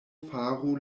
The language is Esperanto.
faru